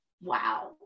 wow